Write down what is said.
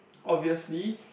obviously